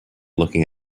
looking